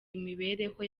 imibereho